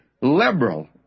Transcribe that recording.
liberal